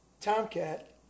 Tomcat